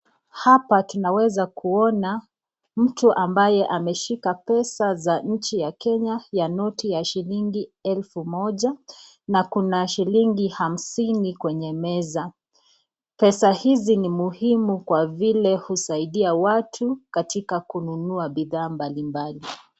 Hapa tunaweza kuona mtu ambaye ameshika pesa za nchi ya Kenya ya noti ya shilingi elfu moja na kuna shilingi hamsini kwenye meza. Pesa hizi ni muhimu kwa vile husaidia watu katika kununua bidhaa mbalimbali.